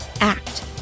act